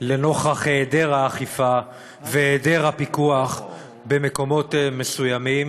מהיעדר האכיפה והיעדר הפיקוח במקומות מסוימים.